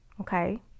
Okay